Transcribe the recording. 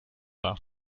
dar